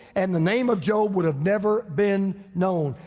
and the name of job would have never been known.